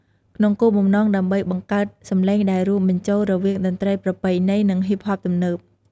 ក្នុងគោលបំណងដើម្បីបង្កើតសម្លេងដែលរួមបញ្ចូលរវាងតន្ត្រីប្រពៃណីនិងហ៊ីបហបទំនើប។